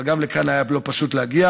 אבל גם לכאן לא היה פשוט להגיע,